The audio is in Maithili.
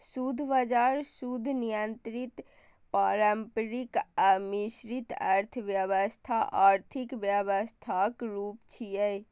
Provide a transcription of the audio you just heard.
शुद्ध बाजार, शुद्ध नियंत्रित, पारंपरिक आ मिश्रित अर्थव्यवस्था आर्थिक व्यवस्थाक रूप छियै